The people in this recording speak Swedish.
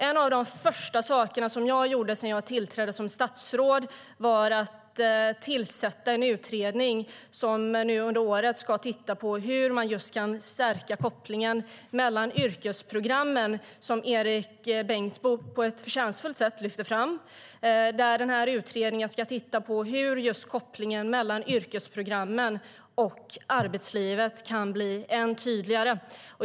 En av de första saker jag gjorde när jag tillträdde som statsråd var att tillsätta en utredning som nu under året ska titta på hur man just kan stärka kopplingen mellan yrkesprogrammen och arbetslivet, som Erik Bengtzboe på ett förtjänstfullt sätt lyfte fram. Utredningen ska titta på hur kopplingen mellan yrkesprogrammen och arbetslivet kan bli än tydligare.